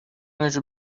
niġu